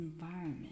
environment